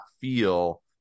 feel